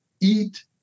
Eat